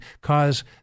cause